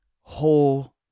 whole